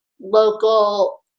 local